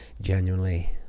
genuinely